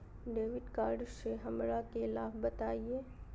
Debit card से हमरा के लाभ बताइए?